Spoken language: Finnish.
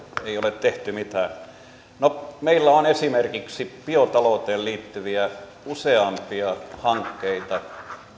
ei ole tehty mitään no meillä on on esimerkiksi biotalouteen liittyviä useampia hankkeita